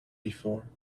before